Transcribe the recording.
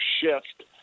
shift